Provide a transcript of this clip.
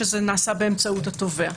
שזה נעשה באמצעות התובע.